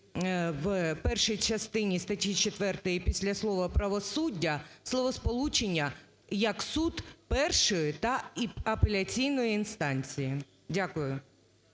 в першій частині статті 4 після слова "правосуддя" словосполучення "як суд першої та апеляційної інстанції". Дякую.